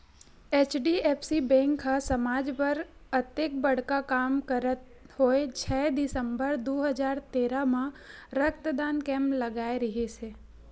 HDFC bank ह समाज बर अतेक बड़का काम करत होय छै दिसंबर दू हजार तेरा म रक्तदान कैम्प लगाय रिहिस हे